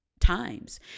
times